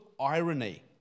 irony